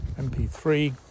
MP3